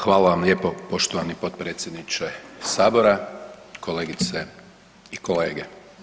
Hvala vam lijepo, poštovani potpredsjedniče Sabora, kolegice i kolege.